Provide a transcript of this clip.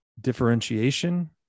differentiation